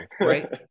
right